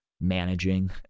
managing